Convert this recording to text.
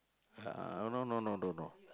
uh no no no no no no